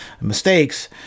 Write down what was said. mistakes